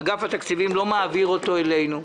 שאגף התקציבים לא מביאים אותו אלינו.